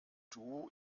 duo